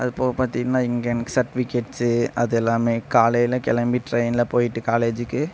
அது போக பார்த்திங்கன்னா இங்கே எனக்கு சர்ட்ஃபிகேட்ஸ் அது எல்லாமே காலையில் கிளம்பி ட்ரெயினில் போயிவிட்டு காலேஜுக்கு